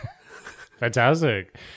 Fantastic